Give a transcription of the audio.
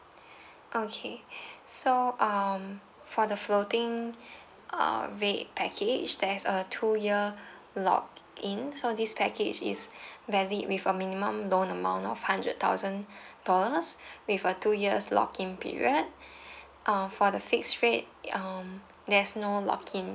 okay so um for the floating uh rate package there's a two year lock in so this package is valid with a minimum loan amount of hundred thousand dollars with a two years lock in period uh for the fixed rate um there's no lock in